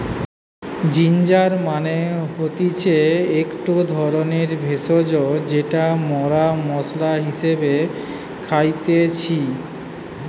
ginger মানে হতিছে একটো ধরণের ভেষজ যেটা মরা মশলা হিসেবে খাইতেছি